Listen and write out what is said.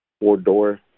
four-door